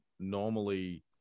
Normally